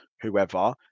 whoever